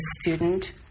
student